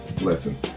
Listen